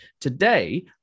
today